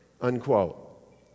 Unquote